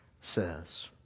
says